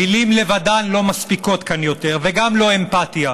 מילים לבדן לא מספיקות כאן יותר, וגם לא אמפתיה.